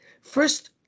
First